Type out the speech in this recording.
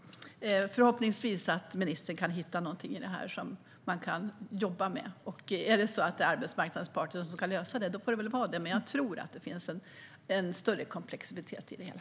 Förhoppningsvis kan ministern hitta något i detta som man kan jobba med. Är det så att det är arbetsmarknadens parter som ska lösa detta får det väl vara det. Men jag tror att det finns en större komplexitet i det hela.